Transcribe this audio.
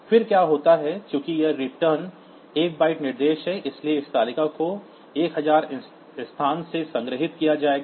फिर क्या होता है चूंकि यह ret 1 बाइट निर्देश है इसलिए इस तालिका को 1000 स्थान से संग्रहीत किया जाएगा